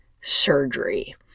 surgery